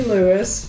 Lewis